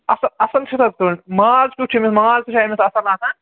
اَصٕل اَصٕل چھُنہٕ حظ کٔنٛڈۍ ماز کٮُ۪تھ چھُ أمِس ماز چھُناہ أمِس اَصٕل آسان